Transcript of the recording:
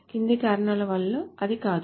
కింది కారణాల వల్ల అది కాదు